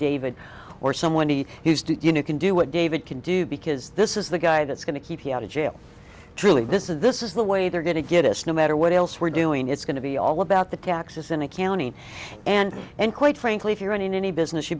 david or someone he's diggin you can do what david can do because this is the guy that's going to keep you out of jail truly this is this is the way they're going to get us no matter else we're doing it's going to be all about the taxes in accounting and and quite frankly if you're running any business you